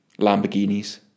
Lamborghinis